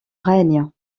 règne